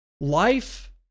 Life